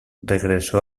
regresó